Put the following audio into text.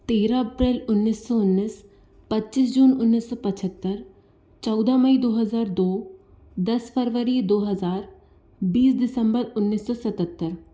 तेरह अप्रैल उन्नीस सौ उन्नीस पच्चीस जून उन्नीस सौ पचहत्तर चौदह मई दो हज़ार दो दस फरवरी दो हज़ार बीस दिसम्बर उन्नीस सौ सतहत्तर